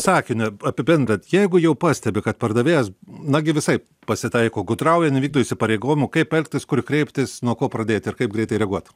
sakiniu apibendrinant jeigu jau pastebi kad pardavėjas nagi visaip pasitaiko gudrauja nevykdo įsipareigojimų kaip elgtis kur kreiptis nuo ko pradėti ir kaip greitai reaguot